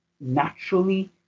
naturally